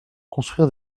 construire